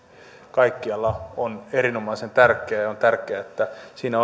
kaikkialla on erinomaisen tärkeä ja ja on tärkeää että siinä